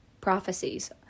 prophecies